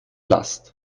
last